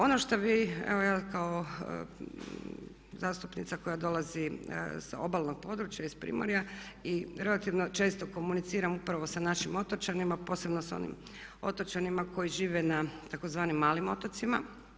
Ono što bih evo ja kao zastupnica koja dolazi sa obalnog područja iz primorja i relativno često komuniciram upravo sa našim otočanima, posebno sa onim otočanima koji žive na tzv. malim otocima.